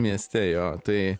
mieste jo tai